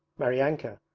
maryanka,